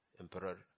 Emperor